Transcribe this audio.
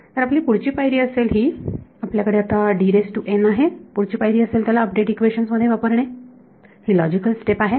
तर आपली पुढची पायरी असेल ही आपल्याकडे आता आहे पुढची पायरी असेल त्याला अपडेट इक्वेशन्स मध्ये वापरणे ही लॉजिकल स्टेप आहे